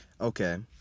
Okay